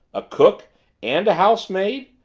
a cook and a housemaid?